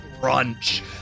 crunch